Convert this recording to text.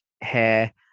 hair